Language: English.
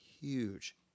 huge